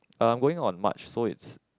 I'm going on March so it's